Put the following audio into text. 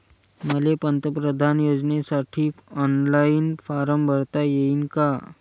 मले पंतप्रधान योजनेसाठी ऑनलाईन फारम भरता येईन का?